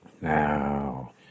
Now